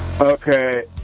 Okay